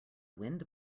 wind